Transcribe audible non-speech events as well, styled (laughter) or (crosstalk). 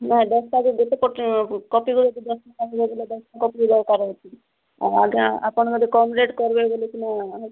ନାଇଁ ଦଶଟାକୁ ଗୋଟେ (unintelligible) ହେଉଛି ଆଜ୍ଞା ଆପଣ ଯଦି କମ୍ ରେଟ୍ କରିବେ ବଲିକିନା